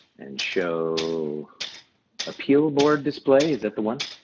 and show appeal board display, is that the one?